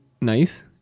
nice